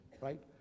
right